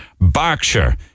Berkshire